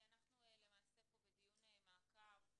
אנחנו פה בדיון מעקב.